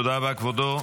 תודה רבה, כבודו.